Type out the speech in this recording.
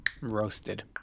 roasted